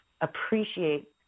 Appreciate